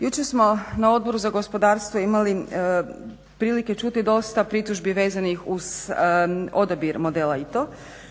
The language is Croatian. Jučer smo na Odboru za gospodarstvo imali prilike čuti dosta pritužbi vezanih uz odabir modela